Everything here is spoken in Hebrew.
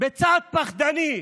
בצעד פחדני,